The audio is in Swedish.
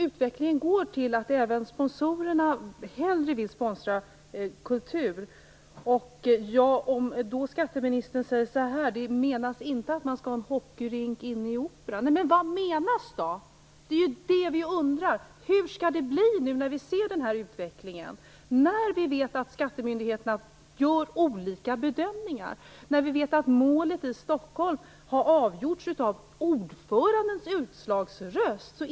Utvecklingen går alltså mot att även sponsorerna hellre vill sponsra kultur. Skatteministern säger att det inte är meningen att man skall ha en hockeyrink inne i operan. Men vad är då meningen? Det är ju det vi undrar. Hur skall det bli när vi ser den här utvecklingen, när vi vet att skattemyndigheterna gör olika bedömningar? Vi vet att målet i Stockholm har avgjorts av ordförandens utslagsröst.